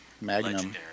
Magnum